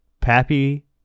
Pappy